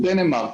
דנמרק,